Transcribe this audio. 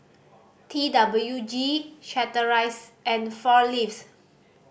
T W G Chateraise and Four Leaves